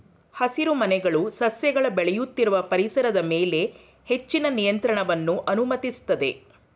ಹಸಿರುಮನೆಗಳು ಸಸ್ಯಗಳ ಬೆಳೆಯುತ್ತಿರುವ ಪರಿಸರದ ಮೇಲೆ ಹೆಚ್ಚಿನ ನಿಯಂತ್ರಣವನ್ನು ಅನುಮತಿಸ್ತದೆ